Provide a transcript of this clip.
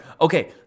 Okay